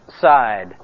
side